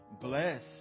bless